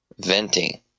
venting